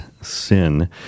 sin